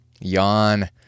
Yawn